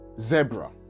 Zebra